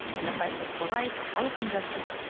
and the fight for civil rights, housing justice,